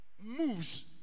moves